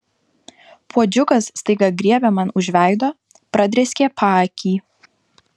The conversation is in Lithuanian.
puodžiukas staiga griebė man už veido pradrėskė paakį